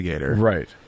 Right